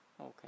okay